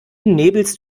nebelst